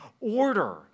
order